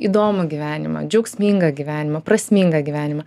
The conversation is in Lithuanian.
įdomų gyvenimą džiaugsmingą gyvenimą prasmingą gyvenimą